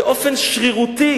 באופן שרירותי